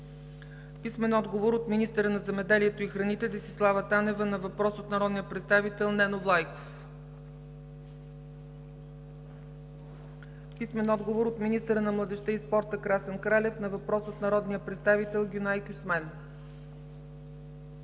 Петър Кадиев; - министъра на земеделието и храните Десислава Танева на въпрос от народния представител Нено Влайков; - министъра на младежта и спорта Красен Кралев на въпрос от народния представител Гюнай Хюсмен;